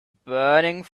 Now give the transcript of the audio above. burning